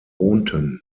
wohnten